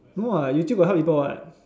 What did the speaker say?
no what you still got help people what